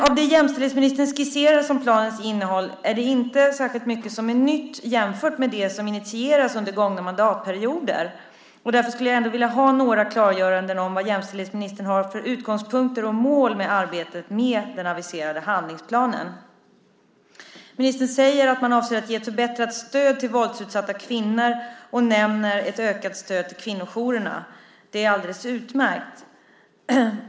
Av det jämställdhetsministern skisserar som planens innehåll är det inte särskilt mycket som är nytt jämfört med det som initierats under gångna mandatperioder, och därför skulle jag vilja ha några klargöranden om vad jämställdhetsministern har för utgångspunkter och mål med arbetet med den aviserade handlingsplanen. Ministern säger att man avser att ge ett förbättrat stöd till våldsutsatta kvinnor och nämner ett ökat stöd till kvinnojourerna. Det är alldeles utmärkt.